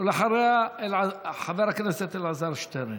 אחריה, חבר הכנסת אלעזר שטרן.